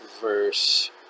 verse